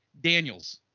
Daniels